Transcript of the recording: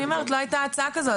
אני אומרת לא הייתה הצעה כזו,